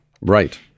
Right